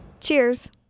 Cheers